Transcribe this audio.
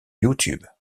youtube